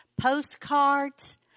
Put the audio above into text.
postcards